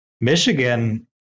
Michigan